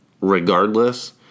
regardless